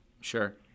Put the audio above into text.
Sure